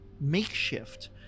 makeshift